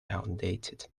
outdated